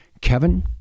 Kevin